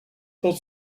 tot